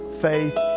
faith